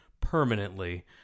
permanently